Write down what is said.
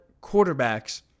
quarterbacks